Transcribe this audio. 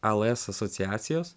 als asociacijos